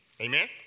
Amen